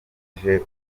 jewe